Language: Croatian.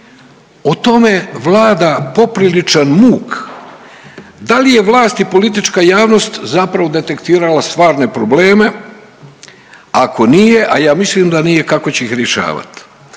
O tome vlada popriličan muk. Dal je vlast i politička javnost zapravo detektirala stvarne probleme, ako nije, a ja mislim da nije kako će ih rješavat.